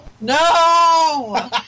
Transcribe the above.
No